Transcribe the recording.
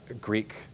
Greek